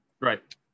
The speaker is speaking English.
Right